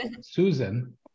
Susan